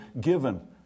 given